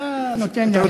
כשאתה נותן לאנשים,